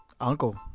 uncle